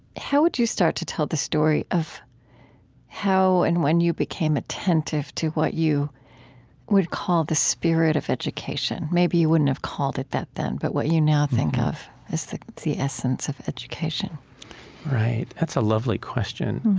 how would you start to tell the story of how and when you became attentive to what you would call the spirit of education, maybe you wouldn't have called it that then, but what you now think of as the the essence of education that's a lovely question.